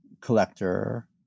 collector